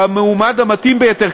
כמועמד המתאים ביותר,